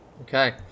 Okay